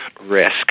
risk